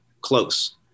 close